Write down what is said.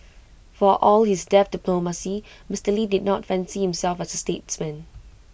for all his deft diplomacy Mister lee did not fancy himself as A statesman